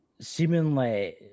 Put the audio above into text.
seemingly